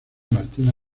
martina